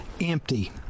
empty